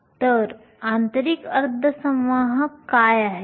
तर आंतरिक अर्धवाहक काय आहेत